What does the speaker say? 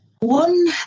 One